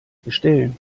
bestellen